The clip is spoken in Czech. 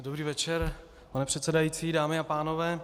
Dobrý večer, pane předsedající, dámy a pánové.